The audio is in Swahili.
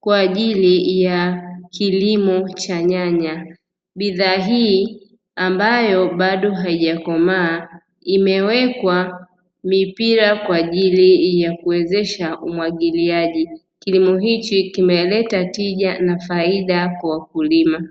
kwa ajili ya kilim. cha nyanya. Bidhaa hii ambayo bado haijakomaa imewekwa mipira kwa ajili ya kuwezesha umwagiliaji kilimo hichi kimeleta tija na faida kwa wakulima.